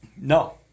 No